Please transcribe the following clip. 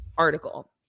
Article